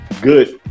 good